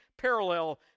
parallel